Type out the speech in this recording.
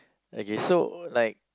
okay so like